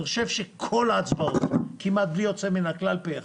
אני חושב שכל ההצבעות כמעט בלי יוצא מן הכלל פה אחד,